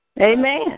Amen